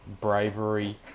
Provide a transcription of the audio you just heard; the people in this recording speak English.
bravery